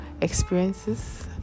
experiences